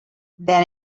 than